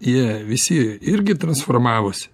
jie visi irgi transformavosi